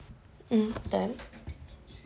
mm done